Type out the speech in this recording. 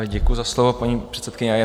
Děkuji za slovo, paní předsedkyně.